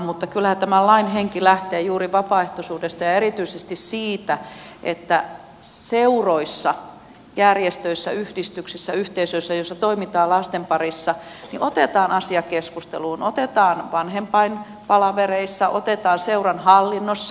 mutta kyllähän tämä lain henki lähtee juuri vapaaehtoisuudesta ja erityisesti siitä että seuroissa järjestöissä yhdistyksissä yhteisöissä joissa toimitaan lasten parissa otetaan asia keskusteluun otetaan vanhempainpalavereissa otetaan seuran hallinnossa